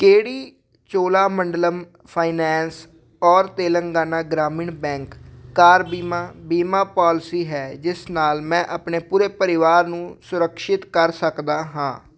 ਕਿਹੜੀ ਚੋਲਾਮੰਡਲਮ ਫਾਈਨੈਂਸ ਔਰ Telangana Grameen bank car ਬੀਮਾ ਬੀਮਾ ਪਾਲਿਸੀ ਹੈ ਜਿਸ ਨਾਲ ਮੈਂ ਆਪਣੇ ਪੂਰੇ ਪਰਿਵਾਰ ਨੂੰ ਸੁਰਿਕਸ਼ਿਤ ਕਰ ਸਕਦਾ ਹਾਂ